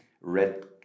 red